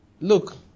Look